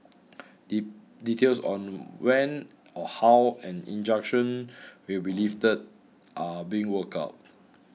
D details on when or how an injunction will be lifted are being worked out